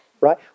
right